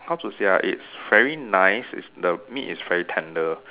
how to say ah it's very nice it's the meat is very tender